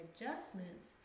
adjustments